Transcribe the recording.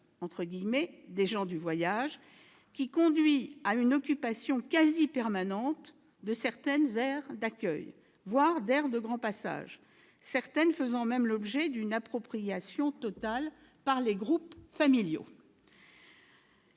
territorial » des gens du voyage, qui conduit à une occupation quasiment permanente de certaines aires d'accueil, voire d'aires de grand passage, certaines faisant même l'objet d'une appropriation totale par des groupes familiaux.